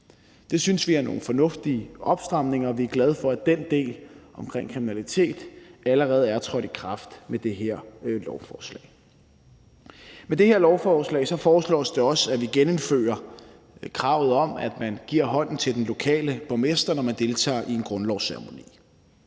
Det synes vi er nogle fornuftige opstramninger, og vi er glade for, at den del omkring kriminalitet allerede er trådt i kraft med det her lovforslag. Med det her lovforslag foreslås det også at genindføre kravet om, at man giver hånden til den lokale borgmester, når man deltager i en grundlovsceremoni.